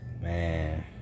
Man